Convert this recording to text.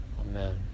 Amen